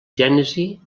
gènesi